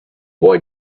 boy